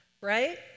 right